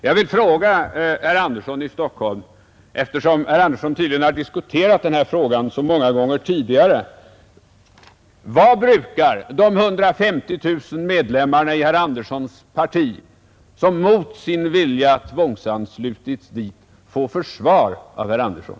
Jag vill fråga herr Andersson i Stockholm, eftersom herr Andersson tydligen har diskuterat detta så många gånger tidigare: Vad brukar de 150 000 medlemmarna i herr Anderssons parti, som mot sin vilja tvångsanslutits dit, få för svar av herr Andersson?